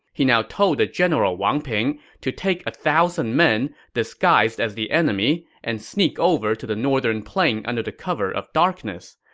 he now told the general wang ping to take one thousand men disguised as the enemy and sneak over to the northern plain under the cover of darkness.